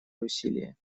усилия